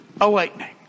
awakening